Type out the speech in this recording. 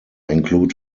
include